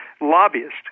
lobbyist